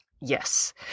Yes